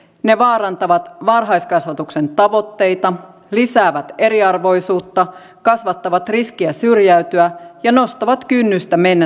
ne vaarantavat varhaiskasvatuksen tavoitteita lisäävät eriarvoisuutta kasvattavat riskiä syrjäytyä ja nostavat kynnystä mennä töihin